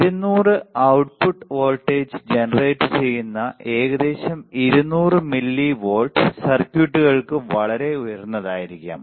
200 output വോൾട്ടേജിൽ ജനറേറ്റുചെയ്യുന്ന ഏകദേശം 200 മില്ലിവോൾട്ട് സർക്യൂട്ടുകൾക്ക് വളരെ ഉയർന്നതായിരിക്കാം